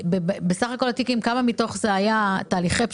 בסך הכול התיקים, כמה מתוך זה היה תהליכי פשרה?